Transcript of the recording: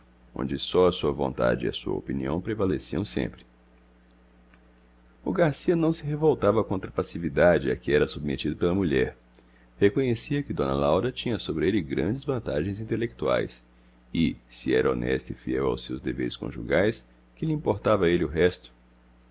onde só a sua vontade e a sua opinião prevaleciam sempre o garcia não se revoltava contra a passividade a que era submetido pela mulher reconhecia que d laura tinha sobre ele grandes vantagens intelectuais e se era honesta e fiel aos seus deveres conjugais que lhe importava a ele o resto